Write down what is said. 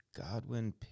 Godwin